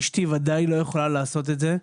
אישתי ודאי לא יכולה לעשות את זה.